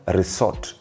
resort